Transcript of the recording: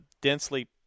densely